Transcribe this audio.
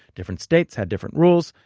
different states had different rules,